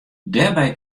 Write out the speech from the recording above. dêrby